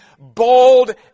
bold